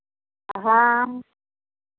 हँ